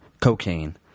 cocaine